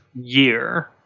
year